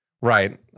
right